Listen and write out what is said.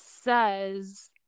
says